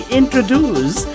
introduce